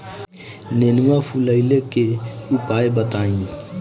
नेनुआ फुलईले के उपाय बताईं?